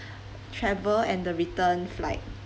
travel and the return flight